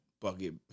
Bucket